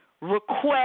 request